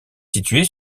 située